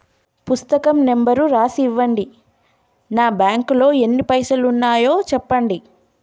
పుస్తకం నెంబరు రాసి ఇవ్వండి? నా బ్యాంకు లో ఎన్ని పైసలు ఉన్నాయో చెప్పండి?